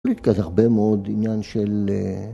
להתקדש בהרבה מאוד עניין של...